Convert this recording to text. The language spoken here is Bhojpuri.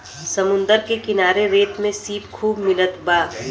समुंदर के किनारे रेत में सीप खूब मिलत बा